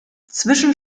zwischen